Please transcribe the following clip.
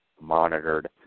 monitored